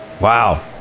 Wow